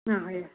ಹಾಂ ಹೇಳಿ